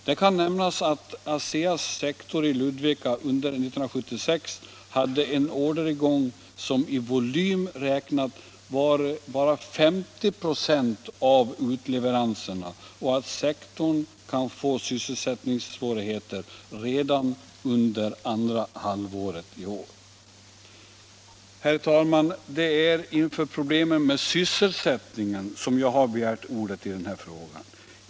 Det kan nämnas att ASEA:s sektor i Ludvika under 1976 hade en orderingång som i volym räknat var endast 50 96 av utleveranserna, och att sektorn kan få sysselsättningssvårigheter redan under andra halvåret i år. Herr talman! Det är inför problemen med sysselsättningen jag har begärt ordet i den här frågan.